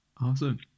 awesome